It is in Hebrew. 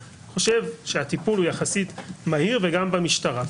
אני חושב שהטיפול הוא יחסית מהיר, כך גם במשטרה.